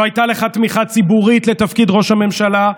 לא הייתה לך תמיכה ציבורית לתפקיד ראש הממשלה,